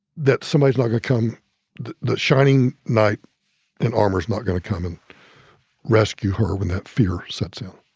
that somebody's not going to come the shining knight in armor is not going to come and rescue her when that fear sets in